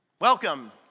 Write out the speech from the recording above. welcome